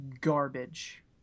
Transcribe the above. garbage